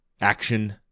action